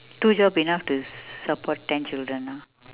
two job enough to support ten children ah